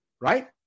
right